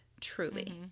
Truly